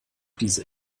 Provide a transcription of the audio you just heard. diese